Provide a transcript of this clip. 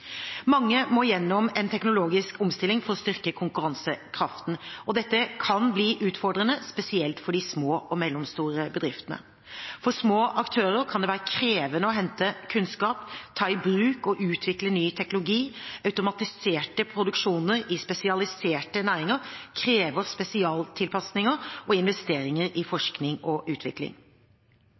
Mange må gjennom en teknologisk omstilling for å styrke konkurransekraften, og dette kan bli utfordrende spesielt for de små og mellomstore bedriftene. For små aktører kan det være krevende å hente kunnskap, ta i bruk og utvikle ny teknologi. Automatisert produksjon i spesialiserte næringer krever spesialtilpasninger og investeringer i forskning og utvikling.